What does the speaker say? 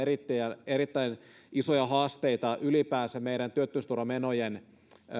erittäin isoja haasteita ylipäänsä meidän työttömyysturvamenojen